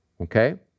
Okay